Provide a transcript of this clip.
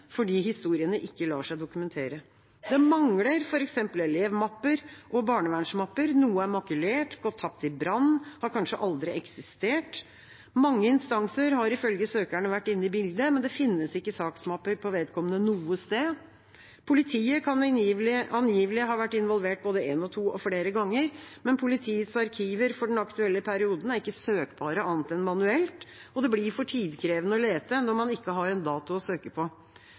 historiene ikke lar seg dokumentere. Det mangler f.eks. elevmapper og barnevernsmapper, noe er makulert, gått tapt i brann, har kanskje aldri eksistert. Mange instanser har ifølge søkerne vært inne i bildet, men det finnes ikke saksmapper på vedkommende noe sted. Politiet kan angivelig ha vært involvert både en gang og to eller flere ganger, men politiets arkiver for den aktuelle perioden er ikke søkbare annet enn manuelt. Det blir for tidkrevende å lete når man ikke har en dato å søke på.